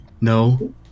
No